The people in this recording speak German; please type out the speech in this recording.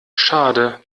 schade